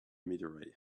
meteorite